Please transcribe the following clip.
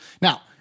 Now